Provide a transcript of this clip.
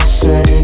say